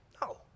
No